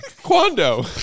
Quando